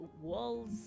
walls